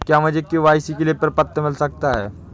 क्या मुझे के.वाई.सी के लिए प्रपत्र मिल सकता है?